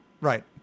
Right